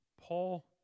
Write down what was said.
Paul